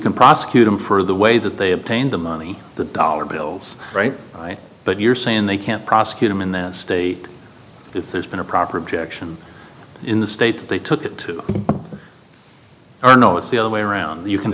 can prosecute him for the way that they obtained the money the dollar bills right but you're saying they can't prosecute him in the state if there's been a proper objection in the state that they took it to are no it's the other way around you can